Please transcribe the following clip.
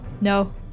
No